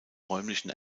räumlichen